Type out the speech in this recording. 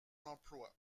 l’emploi